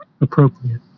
appropriate